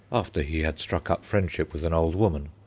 after he had struck up friendship with an old woman,